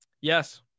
Yes